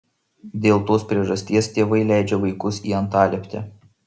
dėl tos priežasties tėvai leidžia vaikus į antalieptę